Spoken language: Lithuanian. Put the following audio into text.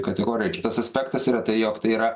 kategorija kitas aspektas yra tai jog tai yra